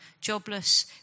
jobless